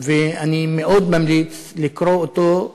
ואני מאוד ממליץ לקרוא אותו.